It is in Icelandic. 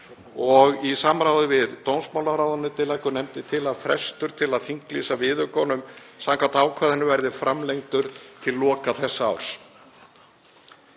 og í samráði við dómsmálaráðuneytið leggur nefndin til að frestur til að þinglýsa viðaukanum samkvæmt ákvæðinu verði framlengdur til loka þessa árs.